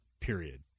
period